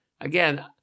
Again